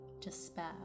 despair